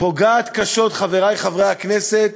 פוגעת קשות, חברי חברי הכנסת,